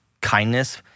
Kindness